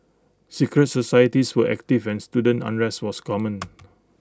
secret societies were active and student unrest was common